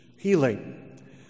healing